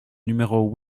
numéro